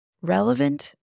Relevant